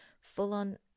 full-on